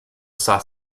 saw